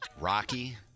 Rocky